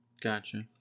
Gotcha